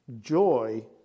joy